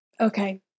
Okay